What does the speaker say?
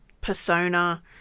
persona